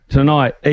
Tonight